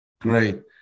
Great